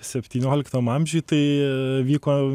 septynioliktam amžiuj tai vyko